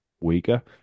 weaker